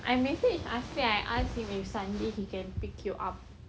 I message asri I ask him if sunday he can pick you up